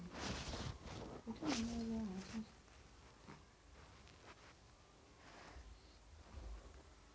अनाज के साथ साथ कोंन सब्जी के खेती करे पारे छियै?